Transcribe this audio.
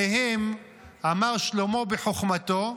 עליהם אמר שלמה בחוכמתו: